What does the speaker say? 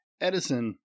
Edison